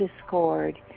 discord